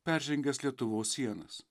peržengęs lietuvos sienas